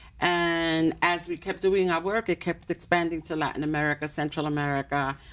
and as we kept doing our work it kept expanding to latin america, central america,